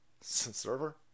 Server